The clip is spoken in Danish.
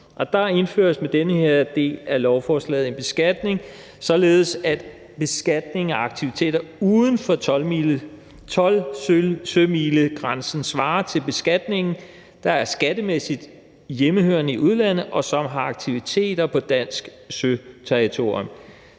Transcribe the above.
der indføres med den her del af lovforslaget en beskatning, således at beskatning af aktiviteter uden for 12-sømilegrænsen svarer til beskatningen af selskaber, der er skattemæssigt hjemmehørende i udlandet, og som har aktiviteter på dansk søterritorium.